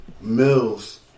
Mills